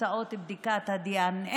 תוצאות בדיקת הדנ"א,